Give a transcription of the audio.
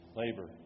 labor